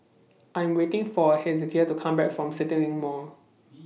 I'm waiting For Hezekiah to Come Back from CityLink Mall